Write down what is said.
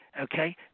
Okay